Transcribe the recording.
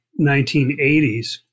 1980s